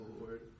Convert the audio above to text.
Lord